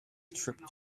trip